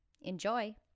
Enjoy